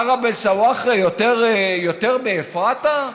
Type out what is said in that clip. ערב א-סוואחרה, יותר מאפרתה?